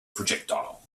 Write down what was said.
projectile